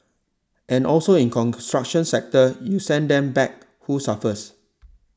and also in construction sector you send them back who suffers